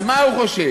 אז מה הוא חושב?